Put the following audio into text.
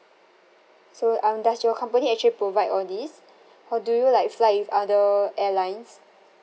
so um does your company actually provide all these or do you like fly with other airlines